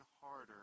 harder